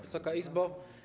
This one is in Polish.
Wysoka Izbo!